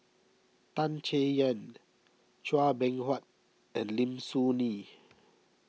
Tan Chay Yan Chua Beng Huat and Lim Soo Ngee